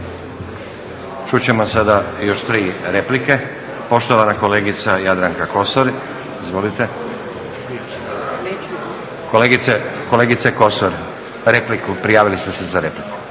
Čut ćemo sada još tri replike. Poštovana kolegica Jadranka Kosor, izvolite. Kolegice Kosor, repliku, prijavili ste se za repliku.